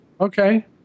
Okay